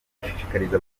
ashishikariza